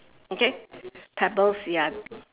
okay pebbles ya